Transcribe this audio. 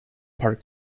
park